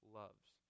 loves